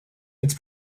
its